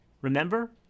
Remember